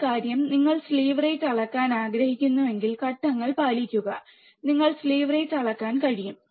എന്നാൽ കാര്യം നിങ്ങൾ സ്ലീവ് റേറ്റ് അളക്കാൻ ആഗ്രഹിക്കുന്നുവെങ്കിൽ ഘട്ടങ്ങൾ പാലിക്കുക നിങ്ങൾ സ്ലീവ് നിരക്ക് അളക്കാൻ കഴിയും